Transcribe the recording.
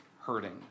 hurting